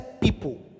people